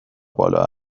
بالا